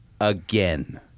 again